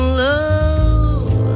love